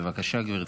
בבקשה, גברתי.